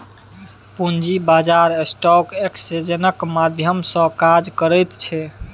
पूंजी बाजार स्टॉक एक्सेन्जक माध्यम सँ काज करैत छै